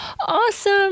awesome